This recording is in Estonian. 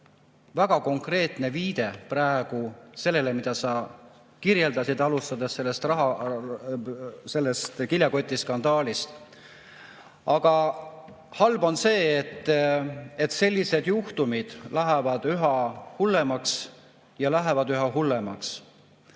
väga konkreetne viide sellele, mida sa kirjeldasid, alustades sellest kilekotiskandaalist. Aga halb on see, et sellised juhtumid lähevad üha hullemaks. Need lähevad üha hullemaks!